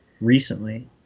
recently